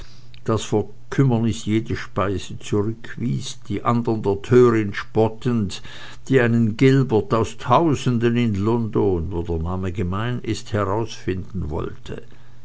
das vor kümmernis jede speise zurück wies die andern der törin spottend die einen gilbert aus tausenden in london wo der name gemein ist herausfinden wollte